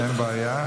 אין בעיה.